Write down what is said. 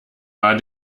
war